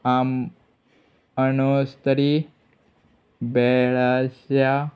आम अणस्थरी बेळाशा